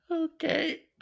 Okay